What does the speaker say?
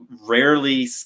rarely